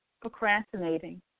Procrastinating